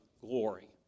glory